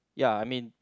ya I mean